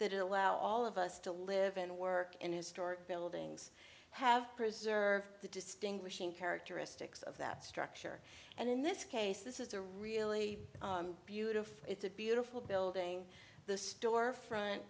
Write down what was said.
that allow all of us to live and work in historic buildings have preserved the distinguishing characteristics of that structure and in this case this is a really beautiful it's a beautiful building the storefront